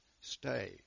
stay